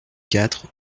quatre